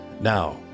Now